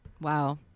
Wow